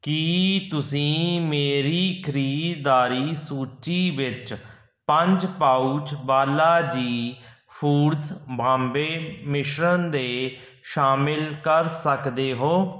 ਕੀ ਤੁਸੀਂ ਮੇਰੀ ਖਰੀਦਦਾਰੀ ਸੂਚੀ ਵਿੱਚ ਪੰਜ ਪਾਊਚ ਬਾਲਾਜੀ ਫੂਡਜ਼ ਬਾਂਬੇ ਮਿਸ਼ਰਣ ਦੇ ਸ਼ਾਮਲ ਕਰ ਸਕਦੇ ਹੋ